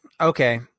okay